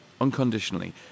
unconditionally